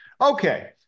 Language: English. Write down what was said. Okay